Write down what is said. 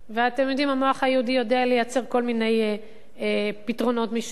ואתם יודעים: המוח היהודי יודע לייצר כל מיני פתרונות משלו.